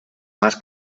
más